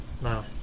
No